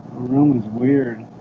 room is weird